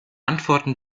antworten